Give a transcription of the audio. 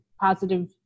positive